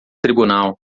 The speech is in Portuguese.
tribunal